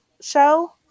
show